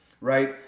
right